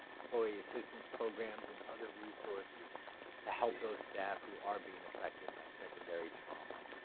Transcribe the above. employee assistance programs and other resources to help those staff who are being affected by secondary trauma.